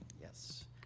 Yes